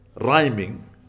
Rhyming